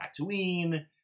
Tatooine